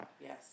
yes